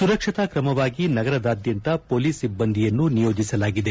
ಸುರಕ್ಷತಾ ಕ್ರಮವಾಗಿ ನಗರದಾದ್ಯಂತ ಪೋಲೀಸ್ ಸಿಬ್ದಂದಿಯನ್ನು ನಿಯೋಜಿಸಲಾಗಿದೆ